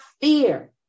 fear